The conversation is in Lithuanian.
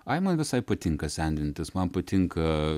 ai man visai patinka sendintis man patinka